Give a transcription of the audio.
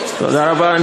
תודה רבה.